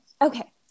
okay